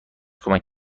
کمک